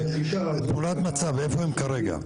תמונת מצב איפה הם כרגע?